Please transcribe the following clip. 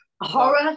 Horror